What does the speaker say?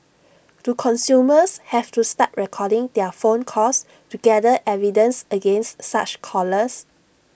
do consumers have to start recording their phone calls to gather evidence against such callers